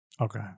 Okay